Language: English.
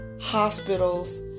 hospitals